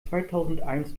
zweitausendeins